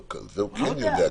זה הוא כן יודע.